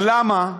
למה?